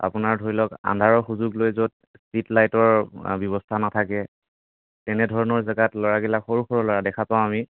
আপোনাৰ ধৰি লওক আন্ধাৰৰ সুযোগ লৈ য'ত ষ্ট্ৰিট লাইটৰ ব্যৱস্থা নাথাকে তেনেধৰণৰ জেগাত ল'ৰাবিলাক সৰু সৰু ল'ৰা দেখা পাওঁ আমি